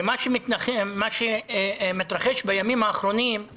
ומה שמתרחש בימים האחרונים הוא